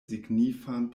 signifan